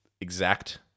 exact